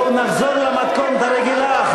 בואו נחזור למתכונת הרגילה,